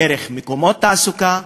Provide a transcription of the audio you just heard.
דרך מקומות תעסוקה,